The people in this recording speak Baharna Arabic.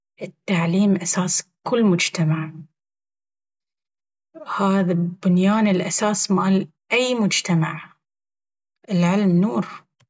التعليم أساس كل مجتمع. وهذا بنيان الأساس مال أي مجتمع. العلم نور.